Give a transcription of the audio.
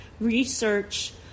research